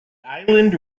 island